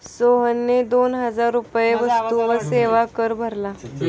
सोहनने दोन हजार रुपये वस्तू व सेवा कर भरला